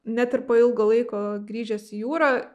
net ir po ilgo laiko grįžęs į jūrą